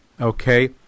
Okay